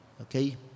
Okay